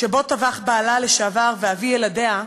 שבו טבח בעלה לשעבר ואבי ילדיה,